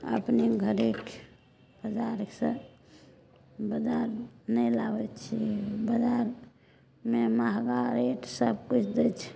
अपने घरे बजार से बजार नहि लाबै छियै बजारमे महगा रेट सब किछु दै छै